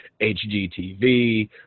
HGTV